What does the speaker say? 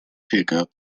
pickup